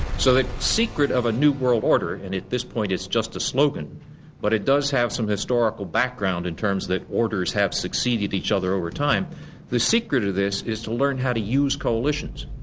so the secret of a new world order. and at this point it's just a slogan but it does have some historical background in terms that orders have succeeded each other over time the secret of this is to learn how to use coalitions.